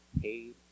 paid